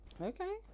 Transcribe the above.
Okay